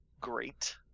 great